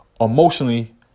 emotionally